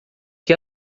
que